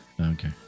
Okay